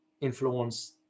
influence